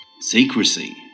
Secrecy